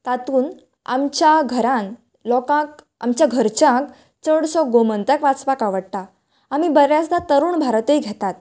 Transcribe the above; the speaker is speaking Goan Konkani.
तातूंत आमच्या घरांत लोकांक आमच्या घरच्यांक चडसो गोमंतक वाचपाक आवडटा आमी बऱ्याचदां तरूण भारतूय घेतात